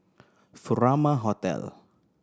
Furama Hotel